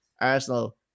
Arsenal